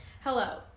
Hello